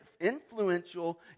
influential